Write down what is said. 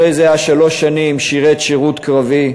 אחרי זה שירת שלוש שנים שירות קרבי,